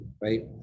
right